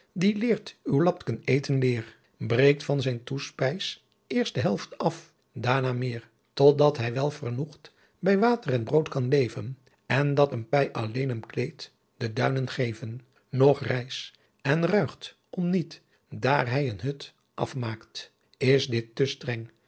die leert uw lapken eten leer breekt van zijn toespijs eerst de helft af daarna meer totdat hy welvernoegt by watren broot kan leven en dat een py alleen hem kleedt de duinen gheven noch rijs en ruigt om niet daar hy een hut af maakt is dit te